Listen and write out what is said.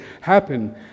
happen